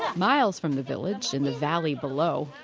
miles from the village in the valley below,